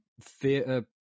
theatre